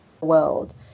world